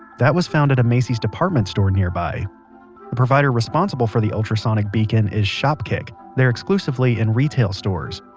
that was found at a macy's department store nearby. the provider responsible for the ultrasonic beacon is shopkick. they're exclusively in retail stores.